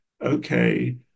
okay